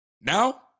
Now